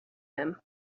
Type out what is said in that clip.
him